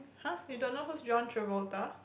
!huh! you don't know who's John Travolta